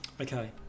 Okay